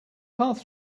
path